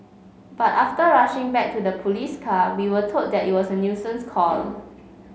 but after rushing back to the police car we were told that it was a nuisance call